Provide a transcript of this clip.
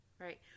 Right